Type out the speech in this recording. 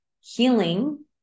healing